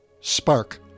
Spark